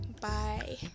bye